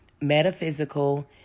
Metaphysical